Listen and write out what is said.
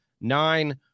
nine